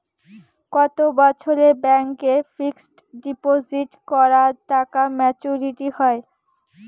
কত বছরে ব্যাংক এ ফিক্সড ডিপোজিট করা টাকা মেচুউরিটি হয়?